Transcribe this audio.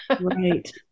right